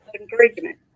encouragement